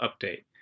update